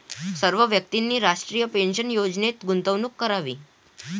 सर्व व्यक्तींनी राष्ट्रीय पेन्शन योजनेत गुंतवणूक करावी